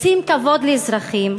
רוצים כבוד לאזרחים,